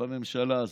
בממשלה הזאת.